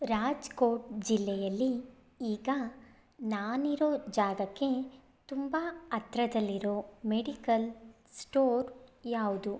ರಾಜ್ಕೋಟ್ ಜಿಲ್ಲೆಯಲ್ಲಿ ಈಗ ನಾನಿರೋ ಜಾಗಕ್ಕೆ ತುಂಬಾ ಹತ್ರದಲ್ಲಿರೊ ಮೆಡಿಕಲ್ ಸ್ಟೋರ್ ಯಾವುದು